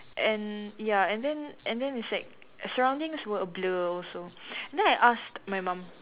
and ya and then and then it's like surroundings were a blur also then I asked my mum